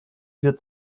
wir